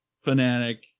fanatic